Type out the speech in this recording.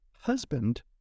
husband